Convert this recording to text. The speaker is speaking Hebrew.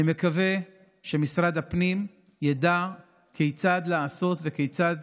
אני מקווה שמשרד הפנים ידע כיצד לעשות וכיצד